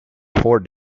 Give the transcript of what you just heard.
for